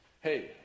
hey